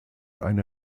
eine